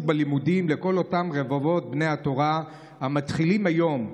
בלימודים לכל אותם רבבות בני התורה המתחילים היום,